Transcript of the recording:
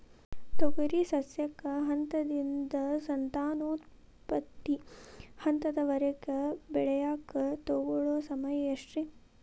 ತೊಗರಿ ಸಸ್ಯಕ ಹಂತದಿಂದ, ಸಂತಾನೋತ್ಪತ್ತಿ ಹಂತದವರೆಗ ಬೆಳೆಯಾಕ ತಗೊಳ್ಳೋ ಸಮಯ ಎಷ್ಟರೇ?